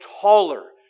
taller